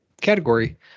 category